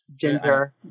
Ginger